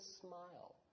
smile